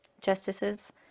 Justices